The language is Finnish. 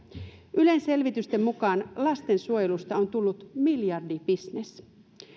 ylen selvitysten mukaan lastensuojelusta on tullut miljardibisnes